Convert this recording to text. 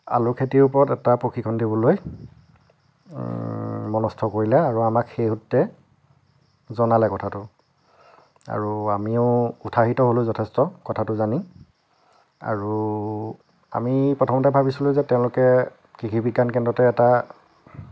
আলু খেতিৰ ওপৰত এটা প্ৰশিক্ষণ দিবলৈ মনস্থ কৰিলে আৰু আমাক সেই সূত্ৰে জনালে কথাটো আৰু আমিও উৎসাহিত হ'লোঁ যথেষ্ট কথাটো জানি আৰু আমি প্ৰথমতে ভাৱিছিলোঁ যে তেওঁলোকে কৃষি বিজ্ঞান কেন্দ্ৰতে এটা